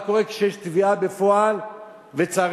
מה קורה שיש טביעה בפועל וצריך